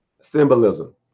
symbolism